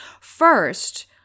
First